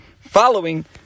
following